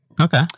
Okay